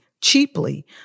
cheaply